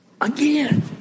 again